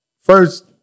first